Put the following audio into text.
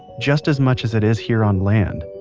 just as much as it is here on land.